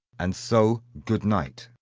and so, good night.